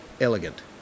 elegant